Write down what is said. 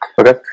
Okay